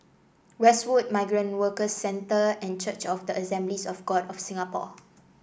Westwood Migrant Workers Centre and Church of the Assemblies of God of Singapore